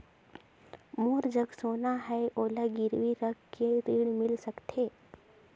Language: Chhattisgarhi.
मोर जग सोना है ओला गिरवी रख के ऋण मिल सकथे?